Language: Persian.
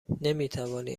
نمیتوانی